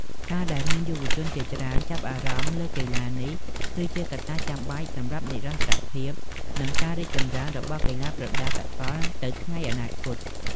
ការដែលមានយុវជនច្រើនចាប់អារម្មណ៍លើកីឡានេះ គឺជាកត្តាចាំបាច់សម្រាប់និរន្តរភាព និងការរីកចម្រើនរបស់កីឡាប្រដាល់សកលទៅថ្ងៃអនាគត។